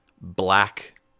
black